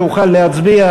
כדי שאוכל להצביע.